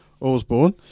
Osborne